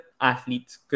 athletes